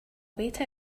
wait